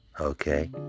Okay